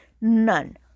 None